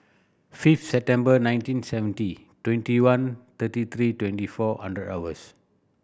fifth September nineteen seventy twenty one thirty three twenty four hundred hours